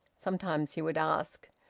sometimes he would ask,